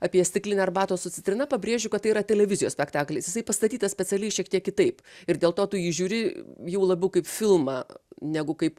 apie stiklinę arbatos su citrina pabrėžiu kad tai yra televizijos spektaklis jisai pastatytas specialiai šiek tiek kitaip ir dėl to tu jį žiūri jau labiau kaip filmą negu kaip